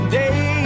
day